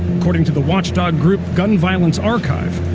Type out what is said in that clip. according to the watchdog group gun violence archive.